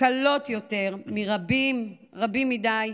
קלות יותר משל רבים, רבים מדי,